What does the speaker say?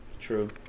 True